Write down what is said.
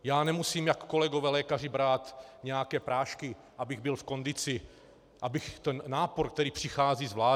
Já nemusím, jak kolegové lékaři, brát nějaké prášky, abych byl v kondici, abych ten nápor, který přichází, zvládal.